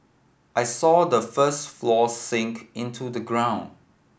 I saw the first floor sink into the ground